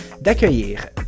d'accueillir